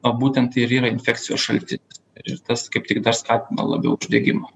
a būtent ir yra infekcijos šalti ir tas kaip tik dar skatina labiau uždegimą